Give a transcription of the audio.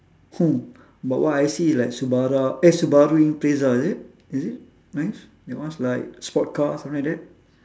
hmm but what I see is like eh subaru impreza is it is it nice that one is like sports car something like that